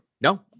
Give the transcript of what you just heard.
No